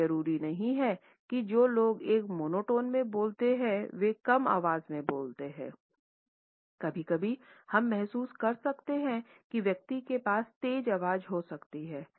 यह जरूरी नहीं है कि जो लोग एक मोनोटोन में बोलते हैं वे कम आवाज़ में बोलते हैंकभी कभी हम महसूस कर सकते हैं कि व्यक्ति के पास तेज़ आवाज़ हो सकती है